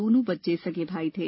दोनों बच्चे सगे भाई थे